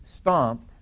stomped